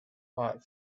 hot